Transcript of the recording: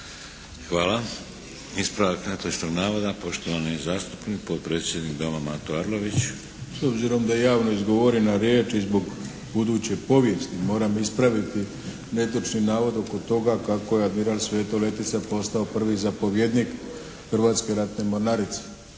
Hvala. Ispravak netočnog navoda, poštovani zastupnik i potpredsjednik Doma, Mato Arlović. **Arlović, Mato (SDP)** S obzirom da je javno izgovorena riječ i zbog buduće povijesti moram ispraviti netočni navod oko toga kako je admiral Sveto Letica postao prvi zapovjednik Hrvatske ratne mornarice.